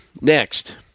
next